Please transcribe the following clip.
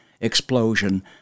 explosion